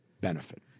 benefit